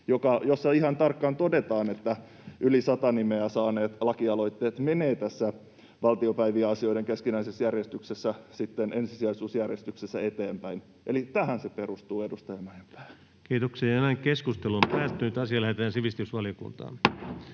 jossa ihan tarkkaan todetaan, että yli sata nimeä saaneet lakialoitteet menevät tässä valtiopäiväasioiden keskinäisessä järjestyksessä sitten ensisijaisuusjärjestyksessä eteenpäin. Eli tähän se perustuu, edustaja Mäenpää. [Speech 195] Speaker: Ensimmäinen varapuhemies Antti Rinne